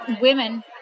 women